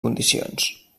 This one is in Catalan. condicions